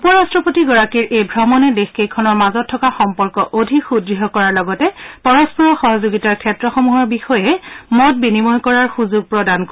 উপ ৰাট্টপতিগৰাকীৰ এই ভ্ৰমণে দেশকেইখনৰ মাজত থকা সম্পৰ্ক অধিক সুদ্য় কৰাৰ লগতে পৰস্পৰৰ সহযোগিতাৰ ক্ষেত্ৰসমূহৰ বিষয়ে মত বিনিময় কৰাৰ সুযোগ প্ৰদান কৰিব